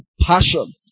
passion